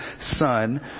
Son